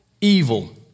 evil